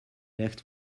left